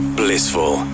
blissful